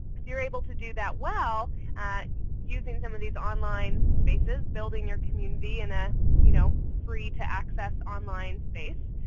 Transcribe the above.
if you're able to do that well using some of these online spaces, building your community in a you know free to access online space,